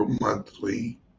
monthly